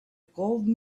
called